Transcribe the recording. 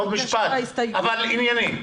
עוד משפט אבל ענייני.